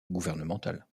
gouvernementale